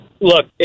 look